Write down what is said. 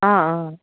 অ' অ'